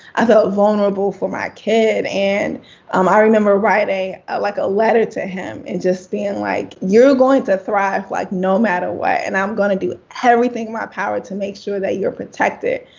i felt vulnerable for my kid. and um i remember writing a like ah letter to him and just being like, you're going to thrive like no matter what, and i'm going to do everything power to make sure that you're protected.